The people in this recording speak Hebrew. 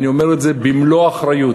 אני אומר את זה במלוא האחריות,